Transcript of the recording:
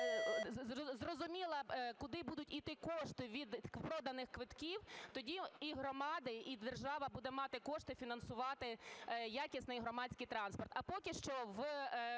зрозуміло, куди будуть йти кошти від проданих квитків, тоді і громади, і держава буде мати кошти, фінансувати якісний громадський транспорт.